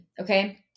Okay